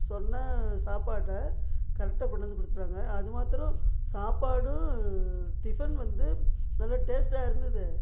சொன்ன சாப்பாடை கரெக்டாக கொண்டு வந்து கொடுத்துட்டாங்க அதுமாத்திரம் சாப்பாடும் டிஃபன் வந்து நல்ல டேஸ்டாக இருந்தது